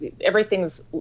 everything's